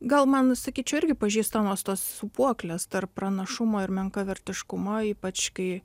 gal man sakyčiau irgi pažįstamos tos sūpuoklės tarp pranašumo ir menkavertiškumo ypač kai